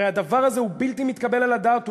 הרי הדבר הזה הוא בלתי מתקבל על הדעת,